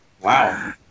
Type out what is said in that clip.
Wow